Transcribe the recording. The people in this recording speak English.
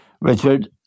Richard